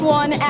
one